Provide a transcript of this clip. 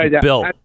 Bill